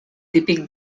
típic